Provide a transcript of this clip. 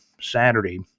Saturday